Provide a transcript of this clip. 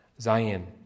Zion